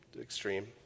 extreme